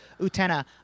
Utena